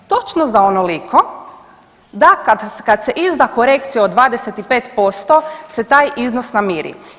Točno za onoliko, da kad se izda korekcija od 25% se taj iznos namiri.